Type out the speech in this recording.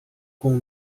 com